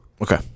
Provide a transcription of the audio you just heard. okay